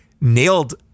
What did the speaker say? nailed